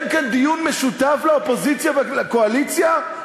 כאן דיון משותף לאופוזיציה ולקואליציה?